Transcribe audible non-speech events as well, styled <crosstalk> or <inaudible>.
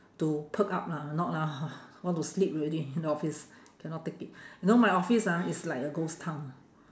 to perk up lah if not ah <noise> want to sleep already in the office cannot take it you know my office ah is like a ghost town